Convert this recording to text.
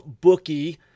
bookie